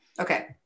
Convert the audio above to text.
okay